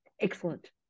Excellent